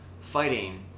fighting